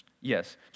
yes